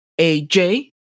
AJ